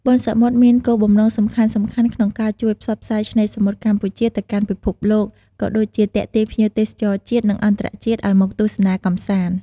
បុណ្យសមុទ្រមានគោលបំណងសំខាន់ៗ ក្នុងការជួយផ្សព្វផ្សាយឆ្នេរសមុទ្រកម្ពុជាទៅកាន់ពិភពលោក ក៏ដូចជាទាក់ទាញភ្ញៀវទេសចរជាតិ និងអន្តរជាតិឱ្យមកទស្សនាកម្សាន្ត។